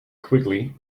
quickly